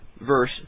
verse